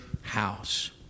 house